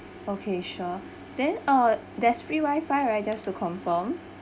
okay sure then uh there's free wifi right just to confirm